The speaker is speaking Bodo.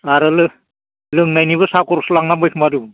आरो लोंनायनिबो साहा खरस लांना फैखुमादों